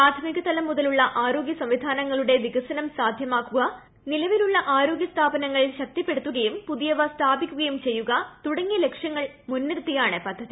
പ്രാഥമിക തലം മുതലുള്ള ആരോഗ്യ സംവിധാനങ്ങളുടെ വികസനം സാധ്യമാക്കുക നിലവിലുള്ള ആരോഗൃ സ്ഥാപനങ്ങൾ ശക്തിപ്പെടുത്തുകയും പുതിയവ സ്ഥാപിക്കുകയും ചെയ്യുക്ക് തുടങ്ങിയ ലക്ഷ്യങ്ങൾ മുൻനിർത്തിയാണ് പദ്ധതി